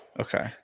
okay